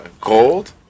Gold